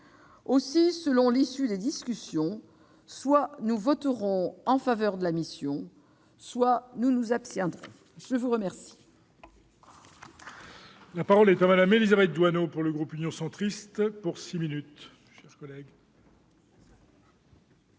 Ainsi, selon l'issue des discussions, soit nous voterons en faveur de la mission, soit nous nous abstiendrons. La parole